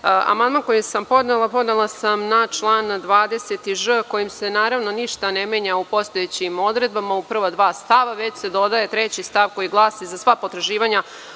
amandman koji sam podnela podnela sam na član 20ž, kojim se naravno ništa ne menja u postojećim odredbama u prva dva stava, već se dodaje treći stav: „za sva potraživanja